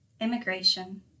Immigration